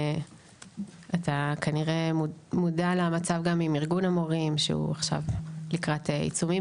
אתה כנראה מודע למצב גם עם ארגון המורים שהוא לקראת עיצומים,